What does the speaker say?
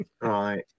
Right